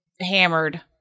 hammered